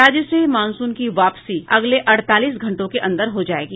राज्य से मॉनसून की वापसी अगले अड़तालीस घंटों के अंदर हो जायेगी